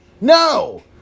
No